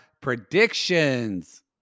predictions